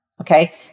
Okay